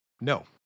No